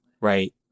right